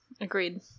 Agreed